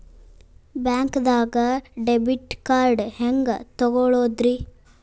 ಬ್ಯಾಂಕ್ದಾಗ debit card ಹೆಂಗ್ ತಗೊಳದ್ರಿ?